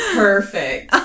perfect